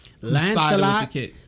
Lancelot